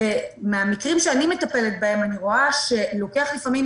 במקרים שאני מטפלת, אני רואה שלוקח לפעמים